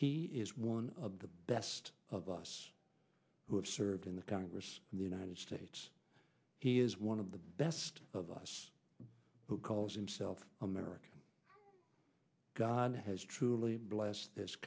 he is one of the best of us who have served in the congress of the united states he is one of the best of us who calls himself america god has truly